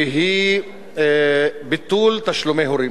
והיא ביטול תשלומי הורים,